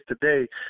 today